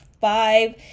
five